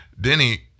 Denny